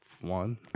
One